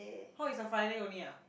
how is a Friday only ah